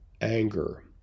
Anger